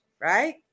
right